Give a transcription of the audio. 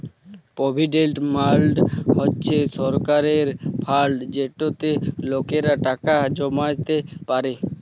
provident fund হছে সরকারের fund যেটতে লকেরা টাকা জমাইতে পারে